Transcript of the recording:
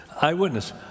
eyewitness